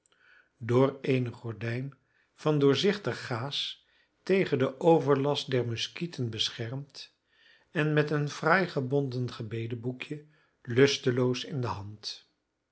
door eene gordijn van doorzichtig gaas tegen den overlast der muskieten beschermd en met een fraai gebonden gebedenboekje lusteloos in de hand